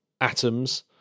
atoms